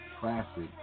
Classic